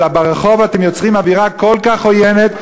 אבל ברחוב אתם יוצרים אווירה כל כך עוינת,